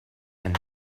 and